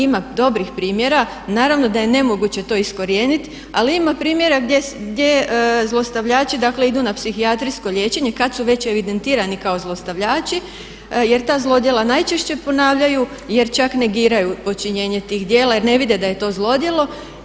Ima dobrih primjera, naravno da je nemoguće to iskorijeniti ali ima primjera gdje zlostavljači dakle idu na psihijatrijsko liječenje kad su već evidentirani kao zlostavljači jer ta zlodjela najčešće ponavljaju jer čak negiraju počinjenje tih djela jer ne vide da je to zlodjelo.